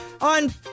on